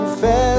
fast